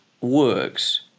works